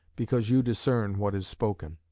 because you discern what is spoken.